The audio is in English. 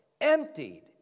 emptied